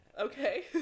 Okay